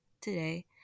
today